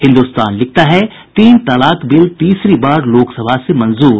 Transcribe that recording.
हिन्दुस्तान लिखता है तीन तलाक बिल तीसरी बार लोकसभा से मंजूर